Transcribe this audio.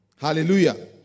Hallelujah